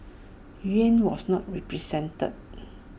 Nguyen was not represented